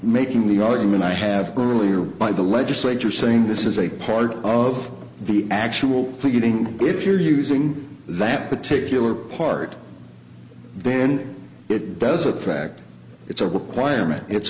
making the argument i have early or by the legislature saying this is a part of the actual beginning if you're using that particular part then it does affect it's a requirement it's